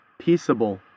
peaceable